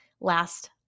last